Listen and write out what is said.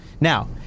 Now